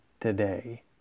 today